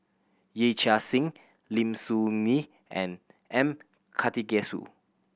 Yee Chia Hsing Lim Soo Ngee and M Karthigesu